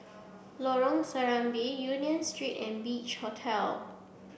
Lorong Serambi Union Street and Beach Hotel